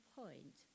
point